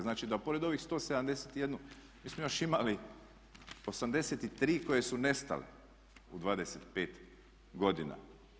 Znači, da pored ovih 171 mi smo još imali 83 koje su nestale u 25 godina.